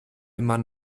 immer